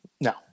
no